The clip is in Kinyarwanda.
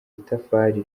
itafari